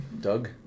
Doug